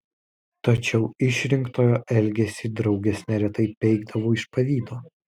tačiau išrinktojo elgesį draugės neretai peikdavo iš pavydo